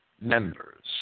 members